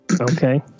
Okay